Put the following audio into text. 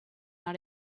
not